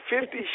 Fifty